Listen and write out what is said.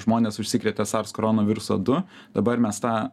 žmonės užsikrėtė sars korona viruso du dabar mes tą